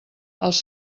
els